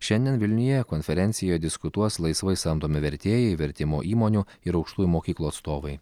šiandien vilniuje konferencijoje diskutuos laisvai samdomi vertėjai vertimo įmonių ir aukštųjų mokyklų atstovai